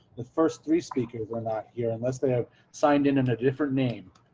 the first three speakers are not here unless they have signed in, in a different name.